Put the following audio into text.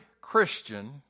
Christian